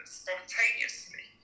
spontaneously